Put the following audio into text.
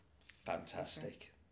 Fantastic